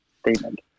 statement